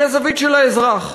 היא הזווית של האזרח.